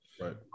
Right